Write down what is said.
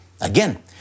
Again